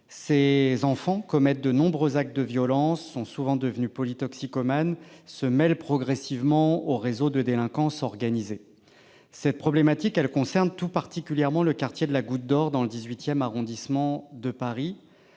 ces enfants commettent de nombreux actes de violence. Ils sont souvent devenus polytoxicomanes et se mêlent progressivement aux réseaux de délinquance organisée. Cette problématique concerne tout particulièrement le quartier de la Goutte d'Or, dans le XVIII arrondissement de Paris.